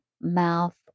mouth